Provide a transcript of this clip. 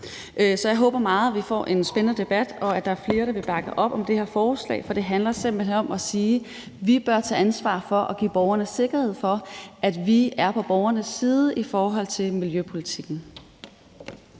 Så jeg håber meget, at vi får en spændende debat, og at der er flere, der vil bakke op om det her forslag, for det handler simpelt hen om at sige: Vi bør tage ansvar for at give borgerne sikkerhed for, at vi er på borgernes side i forhold til miljøpolitikken.